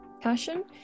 passion